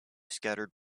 scattered